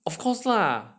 of course lah